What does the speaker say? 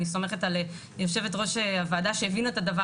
אני סומכת על יו"ר הוועדה שהבינה את הדבר